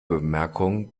bemerkungen